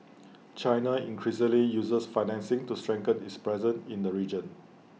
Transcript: China increasingly uses financing to strengthen its presence in the region